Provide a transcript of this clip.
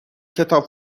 کتاب